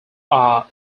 are